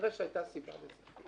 כנראה שהייתה סיבה לזה.